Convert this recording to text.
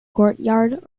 courtyard